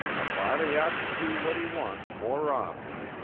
a body ought to do what he wants more often,